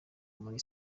muri